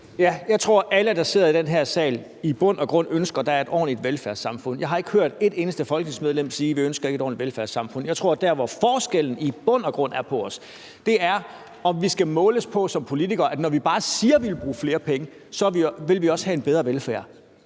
Jeg tror, at alle, der sidder i den her sal, i bund og grund ønsker, at der er et ordentligt velfærdssamfund. Jeg har ikke hørt et eneste folketingsmedlem sige: Vi ønsker ikke et ordentligt velfærdssamfund. Jeg tror, at forskellen på os i bund og grund ligger i, om vi som politikere skal måles på, at når vi bare siger, at vi vil bruge flere penge, så vil vi også have en bedre velfærd.